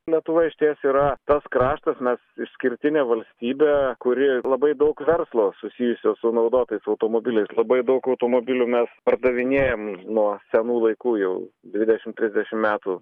lietuva išties yra tas kraštas mes išskirtinė valstybė kuri labai daug verslo susijusio su naudotais automobiliais labai daug automobilių mes pardavinėjam nuo senų laikų jau dvidešimt trisdešimt metų